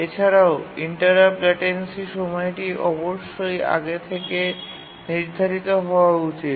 এছাড়াও interrupt latency সময়টি অবশ্যই আগে থেকে নির্ধারিত হওয়া উচিত